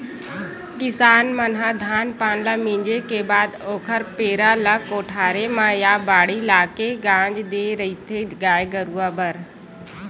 किसान मन ह धान पान ल मिंजे के बाद ओखर पेरा ल कोठारे म या बाड़ी लाके के गांज देय रहिथे गाय गरुवा बर